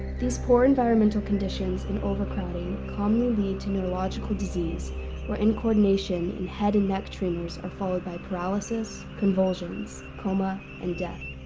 these poor environmental conditions and overcrowding commonly lead to neurological disease where incoordination, and head and neck tremors, are followed by paralysis, convulsions, coma and death.